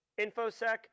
InfoSec